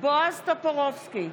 בועז טופורובסקי,